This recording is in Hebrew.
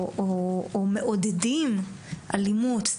או מעודדים אלימות,